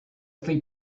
sleep